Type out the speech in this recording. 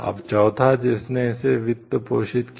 अब चौथा जिसने इसे वित्तपोषित किया